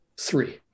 three